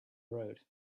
road